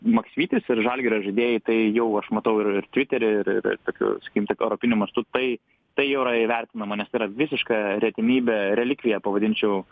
maksvytis ir žalgirio žaidėjai tai jau aš matau ir tvitery ir ir tokiu sakykim taip europiniu mastu tai tai jau yra įvertinama nes tai yra visiška retenybė relikvija pavadinčiau